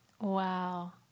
Wow